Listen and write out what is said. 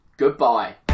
Goodbye